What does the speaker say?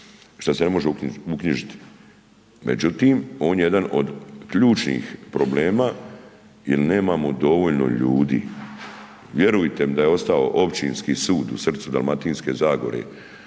što se ne može uknjižiti. Međutim on je jedan od ključnih problema jer nemamo dovoljno ljudi. Vjerujte mi da je ostao Općinski sud u srcu Dalmatinske zagore,